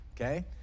okay